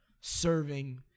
serving